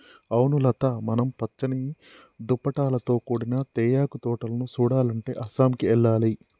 అవును లత మనం పచ్చని దుప్పటాలతో కూడిన తేయాకు తోటలను సుడాలంటే అస్సాంకి ఎల్లాలి